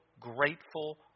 grateful